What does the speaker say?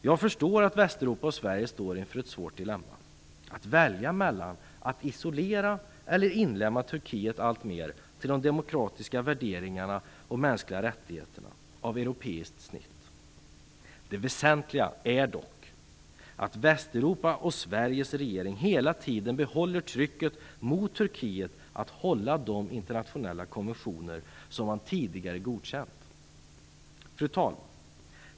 Jag förstår att Västeuropa och Sverige står inför ett svårt dilemma, att välja mellan att isolera Turkiet eller att inlemma landet alltmer i de demokratiska värderingarna och mänskliga rättigheterna av europeiskt snitt. Det väsentliga är dock att regeringarna i Västeuropa och Sverige hela tiden behåller trycket mot Turkiet att man skall hålla de internationella konventioner som man tidigare godkänt. Fru talman!